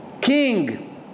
king